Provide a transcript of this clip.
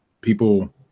people